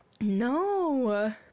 No